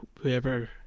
whoever